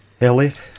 Elliot